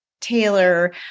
Taylor